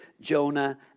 Jonah